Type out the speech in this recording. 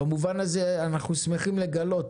במובן הזה אנחנו שמחים לגלות